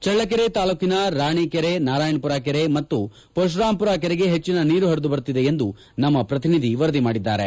ಚಳ್ಳಕೆರೆ ತಾಲೂಕಿನ ರಾಣಿಕೆರೆ ನಾರಾಯಣಮರ ಕೆರೆ ಮತ್ತು ಪರತುರಾಮಮರ ಕೆರೆಗೆ ಹೆಚ್ಚಿನ ನೀರು ಪರಿದು ಬಂದಿದೆ ಎಂದು ನಮ್ಮ ಪ್ರತಿನಿಧಿ ವರದಿ ಮಾಡಿದ್ದಾರೆ